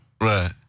Right